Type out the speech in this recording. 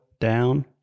down